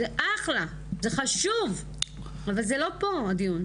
זה אחלה וחשוב אבל הדיון לא פה.